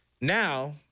Now